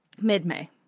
Mid-May